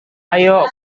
ayo